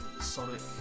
Sonic